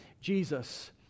Jesus